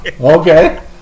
Okay